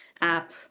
app